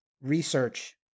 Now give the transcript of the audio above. research